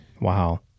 Wow